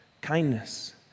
kindness